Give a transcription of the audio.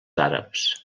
àrabs